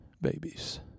babies